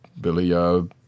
Billy